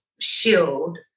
shield